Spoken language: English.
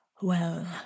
Well